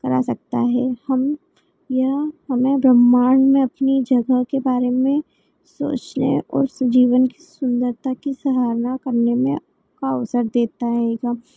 करा सकता है हम यहाँ हमारे ब्रह्मांड में अपनी जगह के बारे में सोच रहे हैं और जीवन की सुंदरता की सहारना करने में का अवसर देता होगा